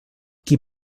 qui